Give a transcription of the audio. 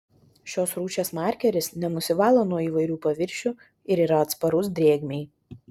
šios rūšies markeris nenusivalo nuo įvairių paviršių ir yra atsparus drėgmei